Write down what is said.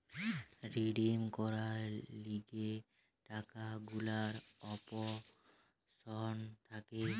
redeem করার লিগে টাকা গুলার অপশন থাকে